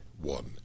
one